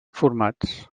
formats